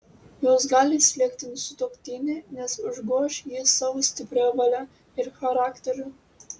jos gali slėgti sutuoktinį nes užgoš jį savo stipria valia ir charakteriu